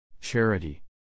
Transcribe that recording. Charity